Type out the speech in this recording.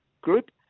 group